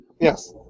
Yes